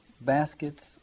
baskets